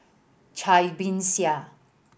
Cai Bixia